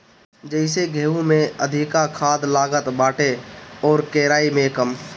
जइसे गेंहू में अधिका खाद लागत बाटे अउरी केराई में कम